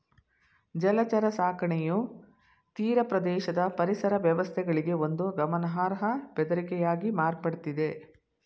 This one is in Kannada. ಜಲಚರ ಸಾಕಣೆಯು ತೀರಪ್ರದೇಶದ ಪರಿಸರ ವ್ಯವಸ್ಥೆಗಳಿಗೆ ಒಂದು ಗಮನಾರ್ಹ ಬೆದರಿಕೆಯಾಗಿ ಮಾರ್ಪಡ್ತಿದೆ